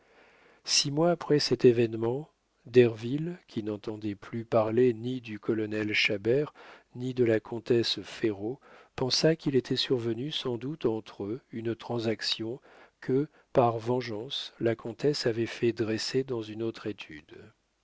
six mois après cet événement derville qui n'entendait plus parler ni du colonel chabert ni de la comtesse ferraud pensa qu'il était survenu sans doute entre eux une transaction que par vengeance la comtesse avait fait dresser dans une autre étude